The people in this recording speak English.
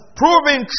proving